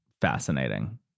fascinating